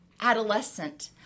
adolescent